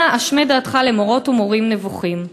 אנא השמע דעתך למורות ומורים נבוכים.